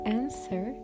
answer